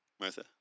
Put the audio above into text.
Martha